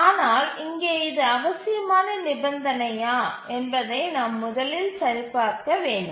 ஆனால் இங்கே இது அவசியமான நிபந்தனையா என்பதை நாம் முதலில் சரிபார்க்க வேண்டும்